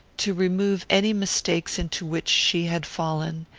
to remove any mistakes into which she had fallen,